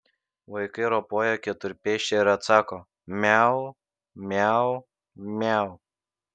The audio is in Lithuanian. vaikai ropoja keturpėsčia ir atsako miau miau miau